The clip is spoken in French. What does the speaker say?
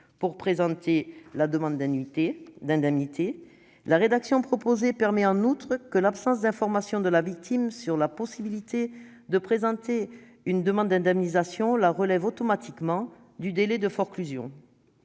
pour présenter la demande d'indemnité. En outre, l'absence d'information de la victime sur la possibilité de présenter une demande d'indemnisation la relèverait automatiquement du délai de forclusion.